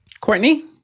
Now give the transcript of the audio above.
Courtney